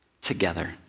together